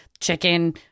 Chicken